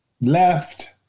left